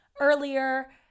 earlier